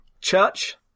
Church